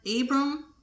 Abram